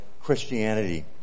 Christianity